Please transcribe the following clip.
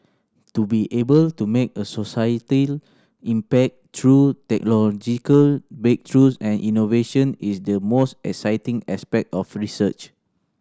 to be able to make a societal impact through technological breakthroughs and innovation is the most exciting aspect of research